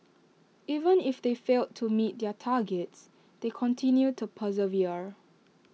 even if they failed to meet their targets they continue to persevere